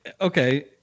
okay